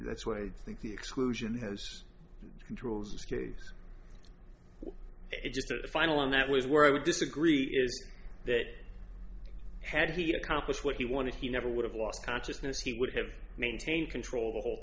that's what i think the exclusion has controls this case it just the final and that was where i would disagree is that had he accomplished what he wanted he never would have lost consciousness he would have maintained control the whole